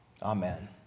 Amen